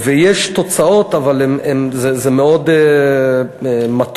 ויש תוצאות, אבל זה מאוד מתון.